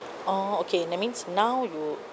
orh okay that means now you